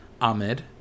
Ahmed